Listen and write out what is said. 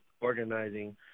organizing